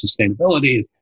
sustainability